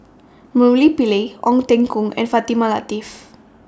Murali Pillai Ong Teng Koon and Fatimah Lateef